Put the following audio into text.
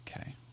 Okay